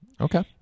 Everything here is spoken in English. Okay